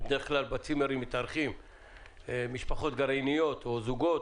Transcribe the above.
בדרך כלל בצימרים מתארחים משפחות גרעיניות או זוגות